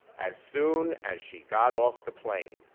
as soon as she got off the plane,